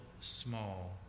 small